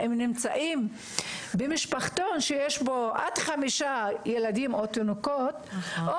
האם נמצאים במשפחתון שיש בו עד חמישה ילדים או תינוקות או